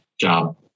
job